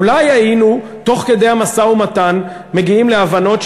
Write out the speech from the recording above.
אולי היינו תוך כדי המשא-ומתן מגיעים להבנות,